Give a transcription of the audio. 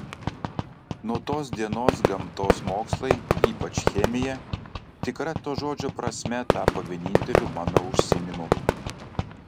nuo tos dienos gamtos mokslai ypač chemija tikra to žodžio prasme tapo vieninteliu mano užsiėmimu